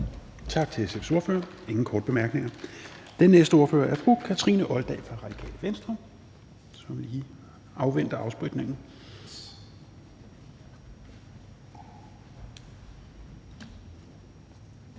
Tak til SF's ordfører. Der er ingen korte bemærkninger. Den næste ordfører er fru Kathrine Olldag fra Radikale Venstre – og så må vi lige afvente afspritningen